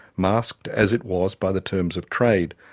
masked as it was by the terms of trade.